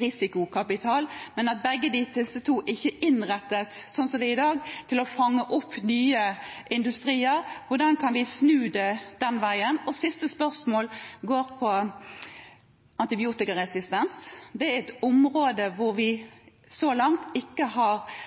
risikokapital, men at begge disse to ikke er innrettet i dag til å fange opp nye industrier, hvordan kan vi snu det den veien? Det siste spørsmål gjelder antibiotikaresistens. Det er et område hvor vi så langt ikke har